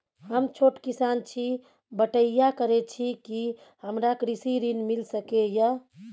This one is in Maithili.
हम छोट किसान छी, बटईया करे छी कि हमरा कृषि ऋण मिल सके या?